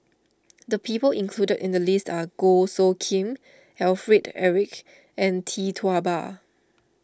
the people included in the list are Goh Soo Khim Alfred Eric and Tee Tua Ba